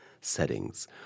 settings